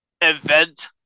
event